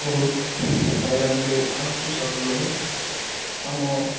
ବହୁତ ହଇରାଣରେ ଥାଉଛୁ ସବୁବେଲେ ଆମ